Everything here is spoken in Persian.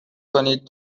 کنید